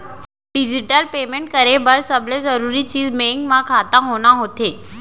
digital payment करे बर सबले जरूरी चीज बेंक म खाता होना होथे